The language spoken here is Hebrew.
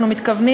אנחנו מתכוונים